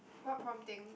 what prom thing